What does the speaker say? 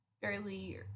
fairly